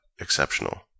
exceptional